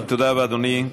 תודה רבה, אדוני.